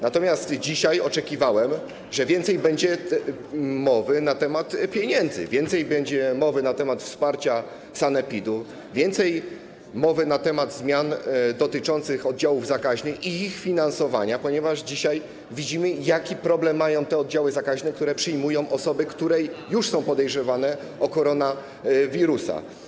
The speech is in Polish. Natomiast dzisiaj oczekiwałem, że będzie więcej mówione na temat pieniędzy, będzie więcej mówione na temat wsparcia sanepidu, będzie więcej mówione na temat zmian dotyczących oddziałów zakaźnych i ich finansowania, ponieważ dzisiaj widzimy, jaki problem mają te oddziały zakaźne, które przyjmują osoby, które już są podejrzewane o koronawirusa.